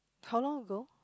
how long ago